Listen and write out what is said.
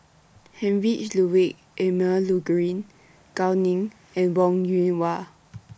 Heinrich Ludwig Emil Luering Gao Ning and Wong Yoon Wah